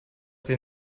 sich